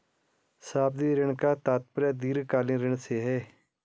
सावधि ऋण का तात्पर्य दीर्घकालिक ऋण से है